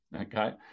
okay